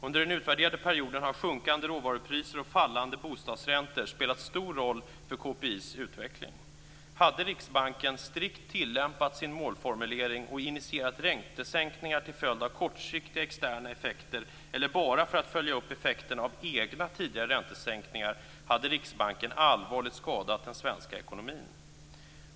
Under den utvärderade perioden har sjunkande råvarupriser och fallande bostadsräntor spelat stor roll för utvecklingen av KPI. Hade Riksbanken strikt tillämpat sin målformulering och initierat räntesänkningar till följd av kortsiktiga externa effekter eller bara för att följa upp effekten av egna tidigare räntesänkningar hade Riksbanken allvarligt skadat den svenska ekonomin.